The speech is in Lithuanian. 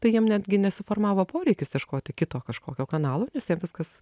tai jiem netgi nesiformavo poreikis ieškoti kito kažkokio kanalo nes jiem viskas